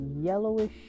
yellowish